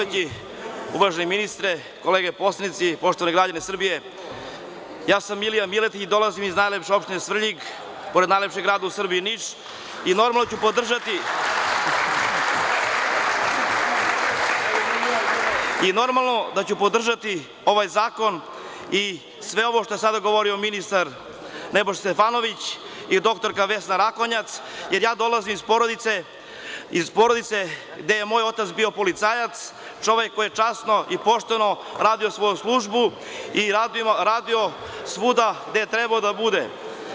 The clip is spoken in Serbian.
Uvaženi ministre, kolege poslanici, poštovani građani Srbije, ja sam Milija Miletić i dolazim iz najlepše opštine Svrljig, pored najlepšeg grada u Srbiji, Niša, i normalno da ću podržati ovaj zakon i sve ovo što je sada govorio ministar Nebojša Stefanović i dr Vesna Rakonjac, jer ja dolazim iz porodice gde je moj otac bio policajac, čovek koji je časno i pošteno radio svoju službu i radio svuda gde je trebao da bude.